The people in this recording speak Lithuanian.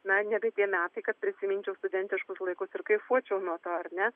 na nebe tie metai kad prisiminčiau studentiškus laikus ir kaifuočiau nuo to ar ne